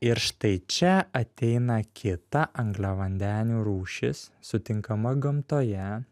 ir štai čia ateina kita angliavandenių rūšis sutinkama gamtoje